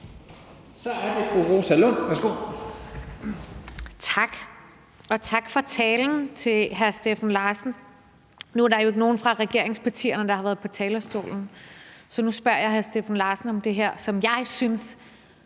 Kl. 11:59 Rosa Lund (EL): Tak, og tak for talen til hr. Steffen Larsen. Nu er der jo ikke nogen fra regeringspartierne, der har været på talerstolen, så nu spørger jeg hr. Steffen Larsen om det her, som jeg synes